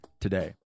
today